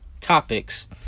topics